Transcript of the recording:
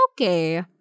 okay